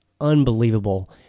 unbelievable